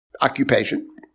occupation